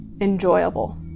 enjoyable